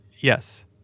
Yes